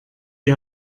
die